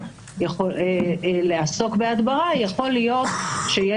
ברור שיש